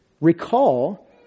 Recall